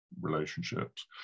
relationships